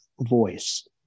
voice